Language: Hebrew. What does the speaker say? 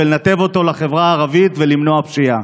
לנתב אותו לחברה הערבית ולמנוע פשיעה.